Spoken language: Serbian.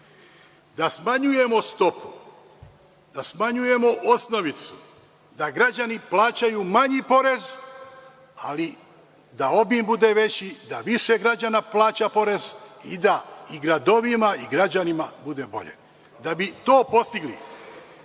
da smanjujemo stopu, da smanjujemo osnovicu, da građani plaćaju manji porez, ali da obim bude veći, da više građana plaća porez i da i gradovima i građanima bude bolje. Da bi to postigli